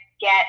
get